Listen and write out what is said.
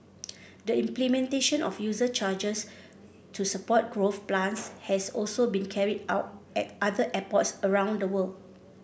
the implementation of user charges to support growth plans has also been carried out at other airports around the world